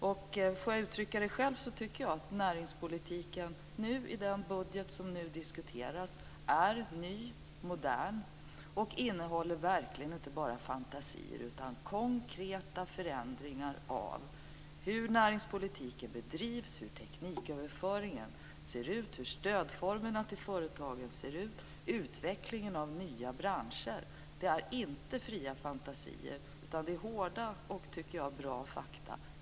Om jag får uttrycka det själv tycker jag att näringspolitiken nu, i den budget som nu diskuteras, är ny och modern. Den innehåller verkligen inte bara fantasier utan konkreta förändringar av hur näringspolitiken bedrivs, hur tekniköverföringen ser ut och hur stödformerna till företagen ser ut. Den innehåller utveckling av nya branscher. Det är inte fria fantasier, utan det är hårda och bra fakta.